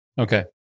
Okay